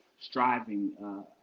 striving